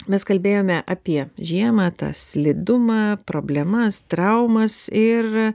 mes kalbėjome apie žiemą tą slidumą problemas traumas ir